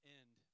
end